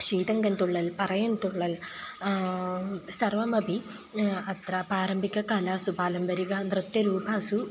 शीतगन्तुळ्ळल् परयन्तुळ्ळल् सर्वमपि अत्र पारम्परिककलासु पारम्परिक नृत्यरूपेषु